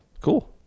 cool